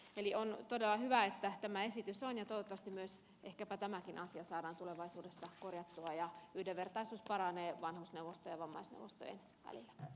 eli on todella hyvä että tämä esitys on ja toivottavasti myös ehkäpä tämäkin asia saadaan tulevaisuudessa korjattua ja yhdenvertaisuus paranee vanhusneuvoston ja vammaisneuvostojen välillä